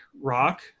rock